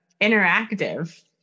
interactive